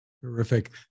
Terrific